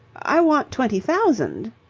i want twenty thousand.